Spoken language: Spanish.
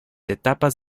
etapas